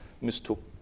mistook